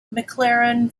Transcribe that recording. mclaren